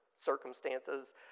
circumstances